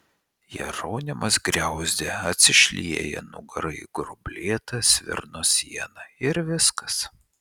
jeronimas griauzdė atsišlieja nugara į gruoblėtą svirno sieną ir viskas